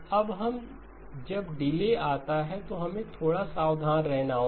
अब जब डिले आता है तो हमें थोड़ा सावधान रहना होगा